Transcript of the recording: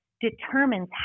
determines